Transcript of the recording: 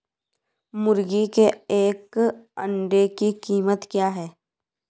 मुर्गी के एक अंडे की कीमत क्या है?